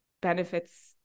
benefits